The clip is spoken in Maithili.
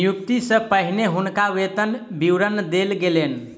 नियुक्ति सॅ पहिने हुनका वेतन विवरण देल गेलैन